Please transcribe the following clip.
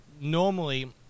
normally